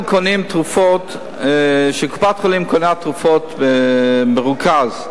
כשקופת-חולים קונה תרופות במרוכז,